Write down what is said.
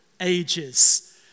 ages